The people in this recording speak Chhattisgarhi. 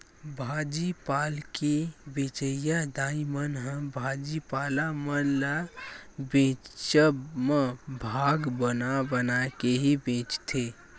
भाजी पाल के बेंचइया दाई मन ह भाजी पाला मन ल बेंचब म भाग बना बना के ही बेंचथे